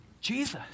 Jesus